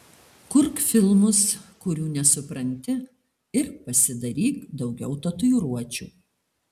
kurk filmus kurių nesupranti ir pasidaryk daugiau tatuiruočių